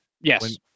Yes